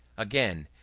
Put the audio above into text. again,